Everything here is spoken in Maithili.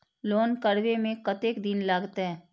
लोन करबे में कतेक दिन लागते?